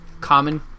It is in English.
common